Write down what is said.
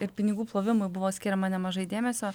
ir pinigų plovimui buvo skiriama nemažai dėmesio